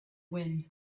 wind